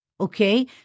Okay